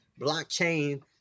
blockchain